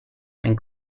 and